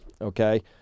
okay